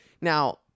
Now